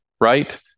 Right